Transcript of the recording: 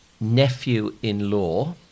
nephew-in-law